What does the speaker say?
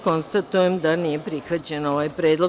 Konstatujem da nije prihvaćen ovaj predlog.